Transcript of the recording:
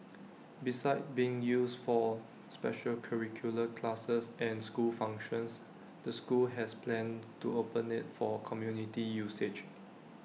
besides being used for special curricular classes and school functions the school has plans to open IT for community usage